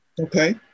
Okay